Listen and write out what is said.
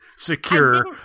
secure